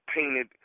painted